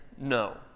no